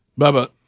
Bubba